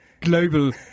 global